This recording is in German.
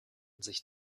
sich